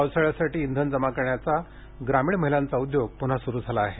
पावसाळ्यासाठी इंधन जमा करण्याचा ग्रामीण महिलांचा उद्योग पुन्हा सुरु झाला आहे